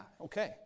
okay